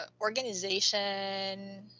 organization